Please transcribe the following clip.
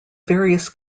various